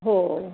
हो